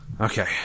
Okay